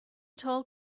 tall